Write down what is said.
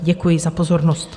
Děkuji za pozornost.